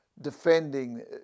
defending